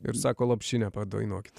ir sako lopšinę padainuokit